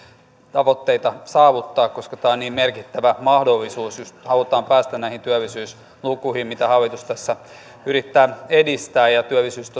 tavoitteita saavuttaa koska tämä on niin merkittävä mahdollisuus jos halutaan päästä näihin työllisyyslukuihin mitä hallitus tässä yrittää edistää työllisyys